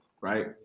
right